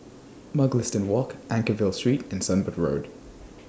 Mugliston Walk Anchorvale Street and Sunbird Road